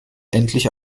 endlich